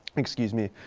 excuse me,